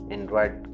Android